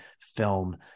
film